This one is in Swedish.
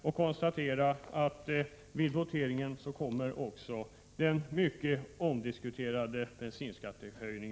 Jag konstaterar att vi efter debatten i detta ärende också kommer att votera om den mycket omdiskuterade bensinskatten.